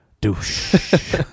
Douche